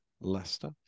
Leicester